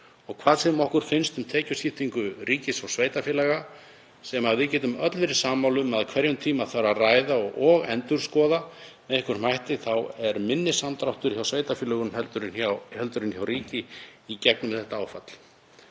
Hvað sem okkur finnst um tekjuskiptingu ríkis og sveitarfélaga, sem við getum öll verið sammála um að á hverjum tíma þarf að ræða og endurskoða með einhverjum hætti, þá er minni samdráttur hjá sveitarfélögunum en hjá ríki í gegnum þetta áfall.